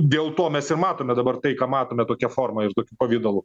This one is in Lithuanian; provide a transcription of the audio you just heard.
dėl to mes ir matome dabar tai ką matome tokia forma ir tokiu pavidalu